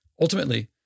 Ultimately